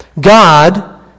God